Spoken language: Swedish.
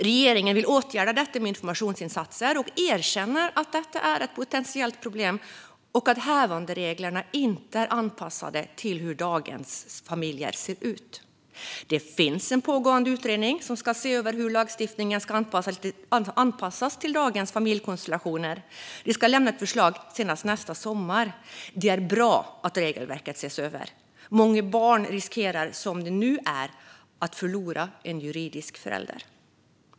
Regeringen vill åtgärda detta med informationsinsatser. Man erkänner att detta är ett potentiellt problem och att hävandereglerna inte är anpassade till hur dagens familjer ser ut. Det finns en pågående utredning som ska se över hur lagstiftningen ska anpassas till dagens familjekonstellationer. Utredningen ska lämna ett förslag senast nästa sommar. Det är bra att regelverket ses över; som det är nu riskerar många barn att förlora en juridisk förälder.